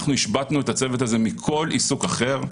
אנחנו השבתנו את הצוות הזה מכל עיסוק אחר.